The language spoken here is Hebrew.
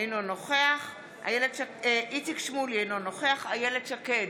אינו נוכח איציק שמולי, אינו נוכח איילת שקד,